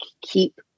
keep